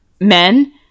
men